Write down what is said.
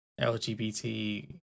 LGBT